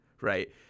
right